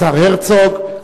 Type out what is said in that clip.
השר הרצוג,